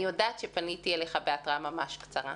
אני יודעת שפניתי אליך בהתראה ממש קצרה,